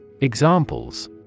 Examples